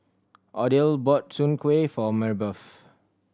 Odile bought Soon Kueh for Marybeth